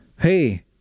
Hey